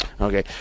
Okay